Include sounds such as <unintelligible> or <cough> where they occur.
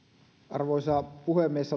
arvoisa puhemies <unintelligible>